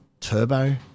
Turbo